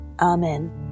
Amen